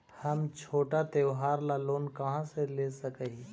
हम छोटा त्योहार ला लोन कहाँ से ले सक ही?